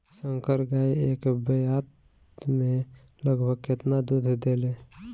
संकर गाय एक ब्यात में लगभग केतना दूध देले?